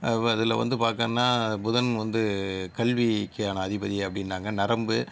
அதில் வந்து பார்க்கணுன்னா புதன் வந்து கல்விக்கான அதிபதி அப்படின்னாங்க நரம்பு